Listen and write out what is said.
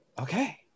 Okay